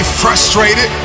frustrated